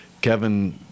Kevin